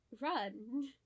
Run